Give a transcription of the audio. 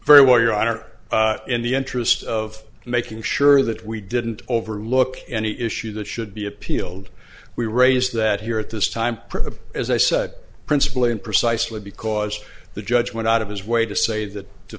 very well your honor in the interest of making sure that we didn't overlook any issue that should be appealed we raised that here at this time as i said principally in precisely because the judge went out of his way to say that to